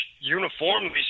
uniformly